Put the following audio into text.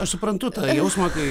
aš suprantu tą jausmą kai